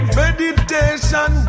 meditation